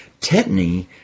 Tetany